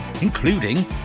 including